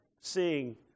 seeing